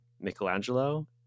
Michelangelo